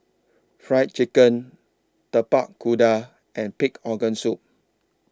Fried Chicken Tapak Kuda and Pig Organ Soup